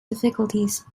difficulties